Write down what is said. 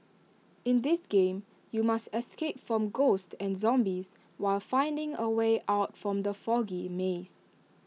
in this game you must escape from ghosts and zombies while finding A way out from the foggy maze